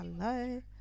hello